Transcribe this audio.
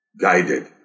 guided